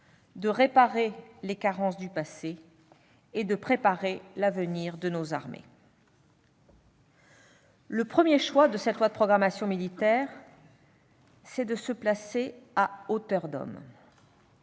de réparer les carences du passé et de préparer l'avenir de nos armées. Le premier choix de cette loi de programmation militaire, c'est de se placer à hauteur d'homme.